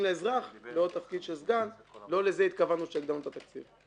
לאזרח לעוד תפקיד של סגן לא לזה התכוונו כשהגדלנו את התקציב.